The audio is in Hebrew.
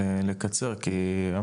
נוסף.